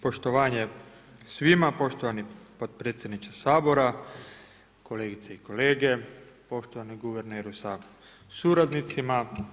poštovanje svima, poštovani podpredsjedniče Sabora, kolegice i kolege, poštovani guverneru sa suradnicima.